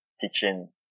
teaching